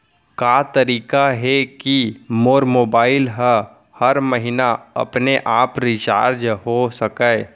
का तरीका हे कि मोर मोबाइल ह हर महीना अपने आप रिचार्ज हो सकय?